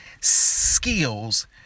skills